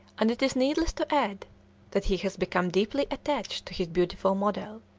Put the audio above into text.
and it is needless to add that he has become deeply attached to his beautiful model.